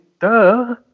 duh